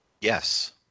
Yes